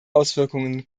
auswirkungen